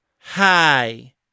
Hi